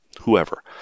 whoever